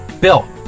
Bill